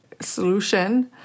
solution